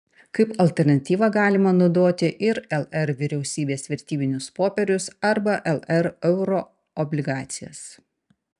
kaip alternatyvą galima naudoti ir lr vyriausybės vertybinius popierius arba lr euroobligacijas